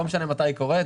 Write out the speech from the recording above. לא משנה מתי זה קורה,